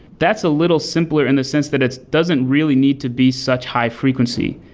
that's a little simpler in the sense that it doesn't really need to be such high-frequency,